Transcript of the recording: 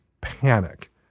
panic